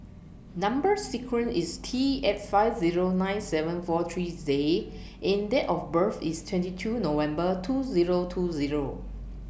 Number sequence IS T eight five Zero nine seven four three J and Date of birth IS twenty two November two Zero two Zero